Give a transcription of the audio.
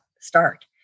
Start